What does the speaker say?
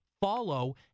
follow